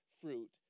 fruit